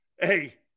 Hey